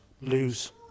lose